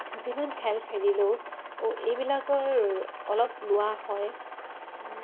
যিমান খেল খেলিলেও এইবিলাকৰ অলপ লোৱা হয়